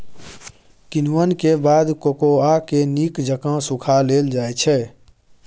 किण्वन के बाद कोकोआ के नीक जकां सुखा लेल जाइ छइ